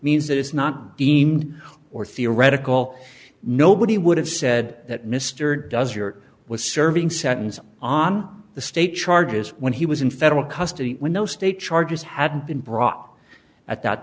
means that it's not deemed or theoretical nobody would have said that mr does your was serving satins on the state charges when he was in federal custody when no state charges had been brought up at that